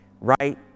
right